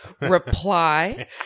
reply